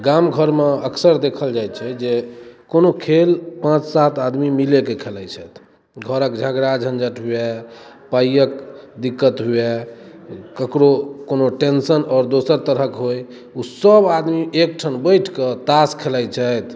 गाम घरमे अक्सर देखल जाइत छै जे कोनो खेल पाँच सात आदमी मिलेके खेलाइत छथि घरक झगड़ा झँझट हुए पाइक दिक्कत हुए ककरो कोनो टेंशन आओर दोसर तरहक होइ ओसभ आदमी एकठाम बैसि कऽ ताश खेलाइत छथि